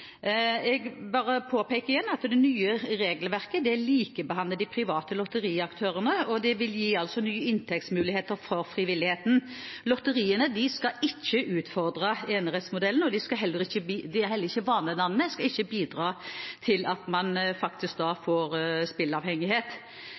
Jeg bare påpeker igjen at det nye regelverket likebehandler de private lotteriaktørene, og det vil altså gi nye inntektsmuligheter for frivilligheten. Lotteriene skal ikke utfordre enerettsmodellen, og de er heller ikke vanedannende, de skal ikke bidra til at man faktisk får